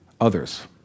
others